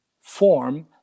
form